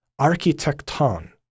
architecton